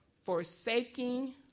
Forsaking